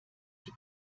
die